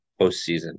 postseason